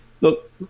look